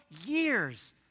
years